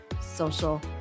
social